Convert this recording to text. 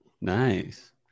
Nice